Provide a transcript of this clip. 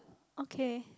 okay